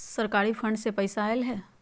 सरकारी फंड से पईसा आयल ह?